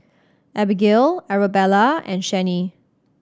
Abigail Arabella and Chanie